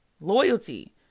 loyalty